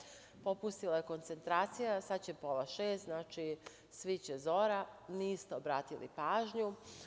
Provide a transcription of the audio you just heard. Fokusirajte se, popustila je koncentracija sad će pola šest, znači sviće zora, niste obratili pažnju.